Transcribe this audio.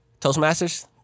Toastmasters